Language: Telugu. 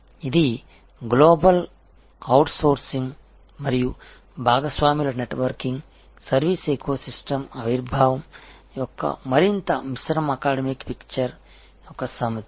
ఇది గ్లోబల్ అవుట్సోర్సింగ్ మరియు భాగస్వాముల నెట్వర్కింగ్ సర్వీస్ ఎకో సిస్టమ్ ఆవిర్భావం యొక్క మరింత మిశ్రమ అకడమిక్ పిక్చర్ యొక్క సమితి